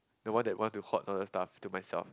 the one that want to hot all the stuff to myself